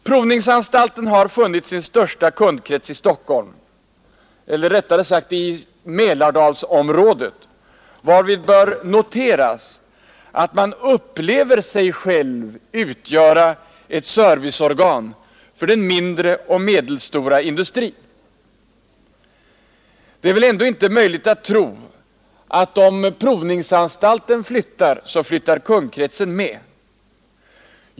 Provningsanstalten har funnit sin största kundkrets i Stockholm, eller rättare sagt i Mälardalsområdet, varvid bör noteras att man på företaget upplever sig själv såsom utgörande ett serviceorgan för den mindre och medelstora industrin. Och det är väl ändå inte möjligt att tro, att om provningsanstalten flyttar, så flyttar kundkretsen med.